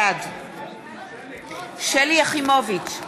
בעד שלי יחימוביץ,